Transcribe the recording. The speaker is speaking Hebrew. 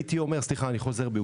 סליחה, אני חוזר בי.